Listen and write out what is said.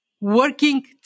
Working